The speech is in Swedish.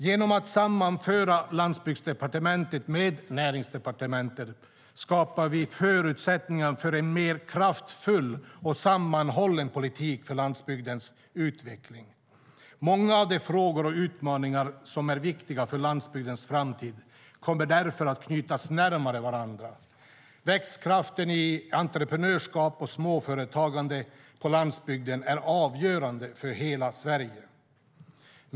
Genom att sammanföra Landsbygdsdepartementet med Näringsdepartementet skapar vi förutsättningar för en mer kraftfull och sammanhållen politik för landsbygdens utveckling. Många av de frågor och utmaningar som är viktiga för landsbygdens framtid kommer därför att knytas närmare varandra. Växtkraften i entreprenörskap och småföretagande på landsbygden är avgörande för hela Sverige.